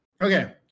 Okay